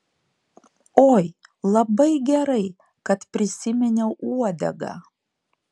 oi labai gerai kad prisiminiau uodegą